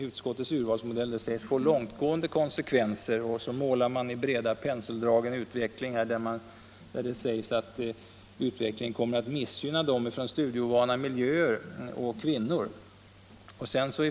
Utskottets urvalsmodell sägs få långtgående konsekvenser, och så målar man i breda penseldrag en utveckling som kommer att missgynna studerande från studieovana miljöer samt kvinnor.